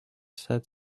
said